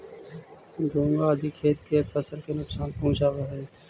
घोंघा आदि खेत के फसल के नुकसान पहुँचावऽ हई